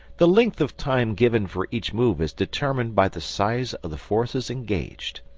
the length of time given for each move is determined by the size of the forces engaged.